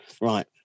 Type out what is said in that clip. right